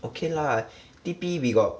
okay lah T_P we got